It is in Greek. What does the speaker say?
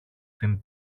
την